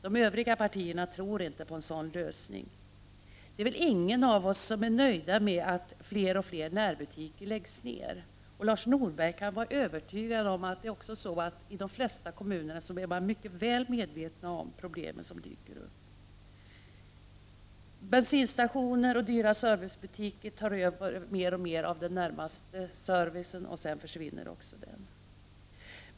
De övriga partierna tror inte på en sådan lösning. Ingen av oss är väl nöjd med att fler och fler närbutiker läggs ner. Och Lars Norberg kan vara övertygad om att man i de flesta kommuner är mycket väl medveten om de problem som dyker upp. Bensinstationer och dyra servicebutiker tar över mer och mer av den närmaste servicen. Sedan försvinner även den servicen.